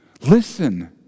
Listen